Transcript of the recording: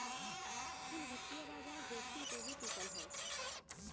कुल वित्तीय बाजार जोखिम पे टिकल हौ